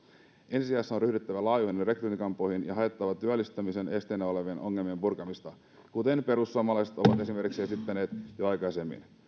ensi sijassa on ryhdyttävä laajoihin rekrytointikampanjoihin ja haettava työllistämisen esteenä olevien ongelmien purkamista kuten perussuomalaiset ovat esimerkiksi esittäneet jo aikaisemmin